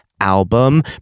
album